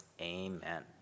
amen